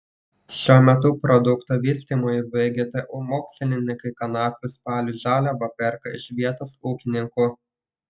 šiuo metu produkto vystymui vgtu mokslininkai kanapių spalių žaliavą perka iš vietos ūkininkų